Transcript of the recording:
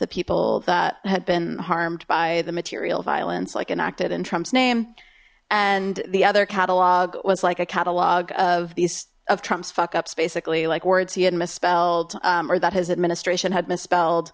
the people that had been harmed by the material violence like enacted and trump's name and the other catalog was like a catalog of these of trumps fuck ups basically like words he had misspelled or that his administration had misspelled